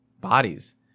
bodies